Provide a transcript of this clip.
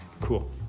Cool